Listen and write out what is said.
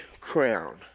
crown